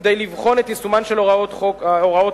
וכדי לבחון את יישומן את הוראות החוק,